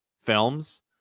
films